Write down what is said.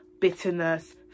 bitterness